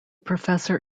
professor